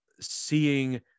seeing